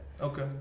Okay